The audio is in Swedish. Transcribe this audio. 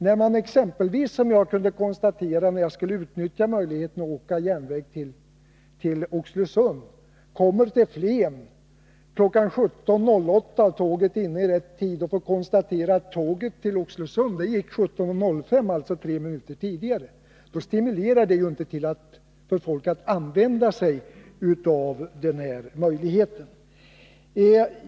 När jag skulle åka på järnvägen till Oxelösund kunde jag konstatera följande. Då jag kom till Flen kl. 17.08 — tåget kom in i rätt tid — fann jag att tåget till Oxelösund hade gått redan kl. 17.05, alltså tre minuter tidigare. Sådant stimulerar inte precis människor att använda sig av den möjligheten.